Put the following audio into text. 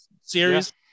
series